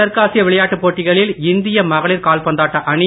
தெற்காசிய விளையாட்டுப் போட்டிகளில் இந்திய மகளிர் கால் பந்தாட்ட அணி